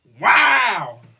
Wow